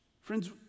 Friends